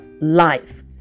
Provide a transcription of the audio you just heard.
life